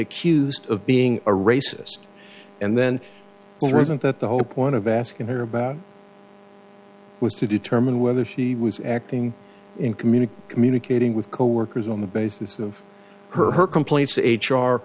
accused of being a racist and then well reasoned that the whole point of asking her about was to determine whether she was acting in community communicating with coworkers on the basis of her complaints h